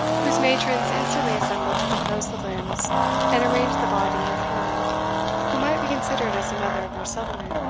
whose matrons instantly assembled to compose the limbs and arrange the body of her who might be considered as the mother of their settlement.